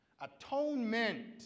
atonement